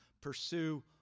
pursue